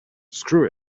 screw